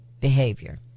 behavior